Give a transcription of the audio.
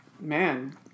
Man